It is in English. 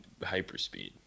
hyperspeed